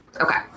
Okay